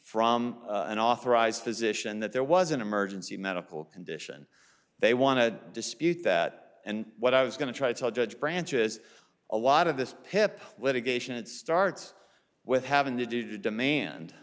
from an authorized physician that there was an emergency medical condition they want to dispute that and what i was going to try to tell judge branches a lot of this pip litigation it starts with having to do demand